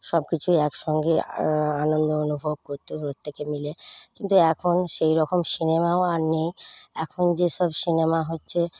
সব কিছুই একসঙ্গে আনন্দ অনুভব করত প্রত্যেকে মিলে কিন্তু এখন সেইরকম সিনেমাও আর নেই এখন যেসব সিনেমা হচ্ছে